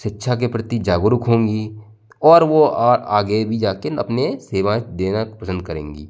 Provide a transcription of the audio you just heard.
शिक्षा के प्रति जागरूक होगी और वो आगे भी जा के अपने सेवाएं देना पसंद करेंगी